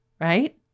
right